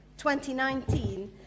2019